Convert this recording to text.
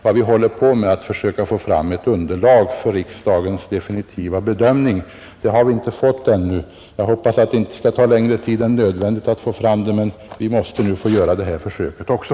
Vi håller på med att försöka få fram ett underlag för riksdagens definitiva bedömning. Det har vi inte fått ännu. Jag hoppas att det inte skall ta längre tid än nödvändigt att få fram det, men vi måste nu få göra det här försöket också.